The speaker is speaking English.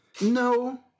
No